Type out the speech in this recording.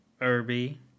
Irby